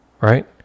right